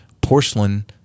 porcelain